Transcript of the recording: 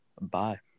Bye